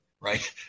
right